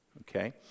okay